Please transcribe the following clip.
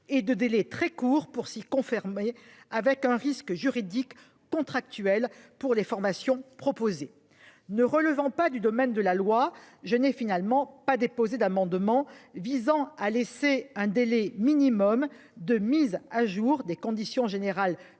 et de délai très court pour six. Avec un risque juridique contractuelle pour les formations proposées ne relevant pas du domaine de la loi, je n'ai finalement pas déposé d'amendement visant à laisser un délai minimum de mise à jour des conditions générales